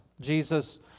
Jesus